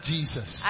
Jesus